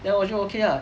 then 我就 okay lah